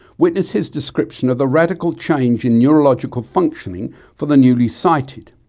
witness his description of the radical change in neurological functioning for the newly sighted.